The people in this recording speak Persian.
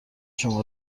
شما